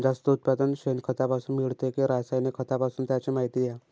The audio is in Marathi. जास्त उत्पादन शेणखतापासून मिळते कि रासायनिक खतापासून? त्याची माहिती द्या